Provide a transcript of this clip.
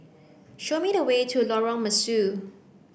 show me the way to Lorong Mesu